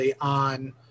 on